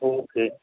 okay